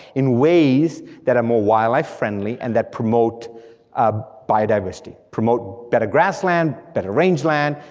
in ways that are more wildlife friendly, and that promote ah biodiversity, promote better grassland, better rangeland,